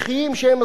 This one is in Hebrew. שהם הזויים.